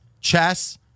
Chess